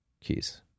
keys